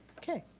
okay.